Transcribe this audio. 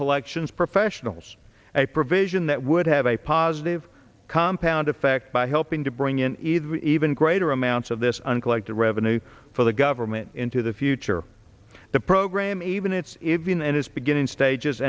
collections professionals a provision that would have a positive compound effect by helping to bring in either even greater amounts of this uncollected revenue for the government into the future the program even it's even and it's beginning stages